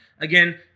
again